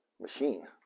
machine